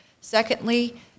Secondly